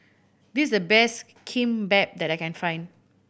this is the best Kimbap that I can find